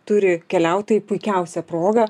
turi keliaut tai puikiausia proga